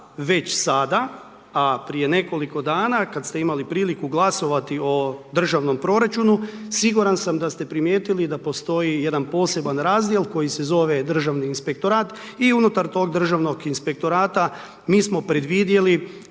već sada, a prije nekoliko dana kad ste imali priliku glasovati o državnom proračunu siguran sam da ste primijetili da postoji jedan poseban razdjel koji se zove državni inspektorat i unutar toga državnog inspektora mi smo predvidjeli